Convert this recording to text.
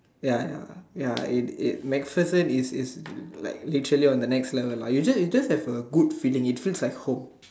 ya ya ya it it MacBook is is like literally on the next level lah you just you just have a good feeling it feels like home